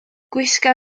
gwisga